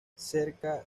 cerca